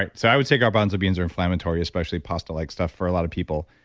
like so i would say garbanzo beans are inflammatory, especially pasta-like stuff, for a lot of people.